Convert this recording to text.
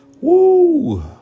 Woo